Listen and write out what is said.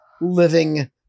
living